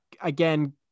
again